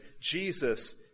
Jesus